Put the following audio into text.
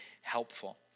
helpful